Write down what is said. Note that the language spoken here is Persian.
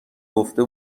گفته